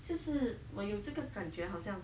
就是我有这个感觉好像